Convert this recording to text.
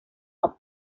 are